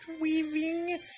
weaving